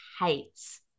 hates